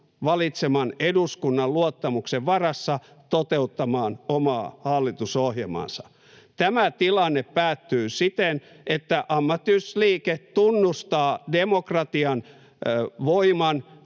valitseman eduskunnan luottamuksen varassa toteuttamaan omaa hallitusohjelmaansa. Tämä tilanne päättyy siten, että ammattiyhdistysliike tunnustaa demokratian voiman